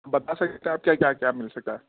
بتا سکتے ہیں آپ کے یہاں کیا کیا مل سکتا ہے